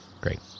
great